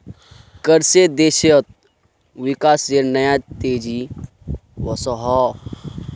कर से देशोत विकासेर नया तेज़ी वोसोहो